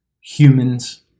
humans